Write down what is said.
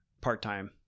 part-time